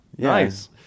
nice